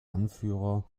anführer